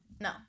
No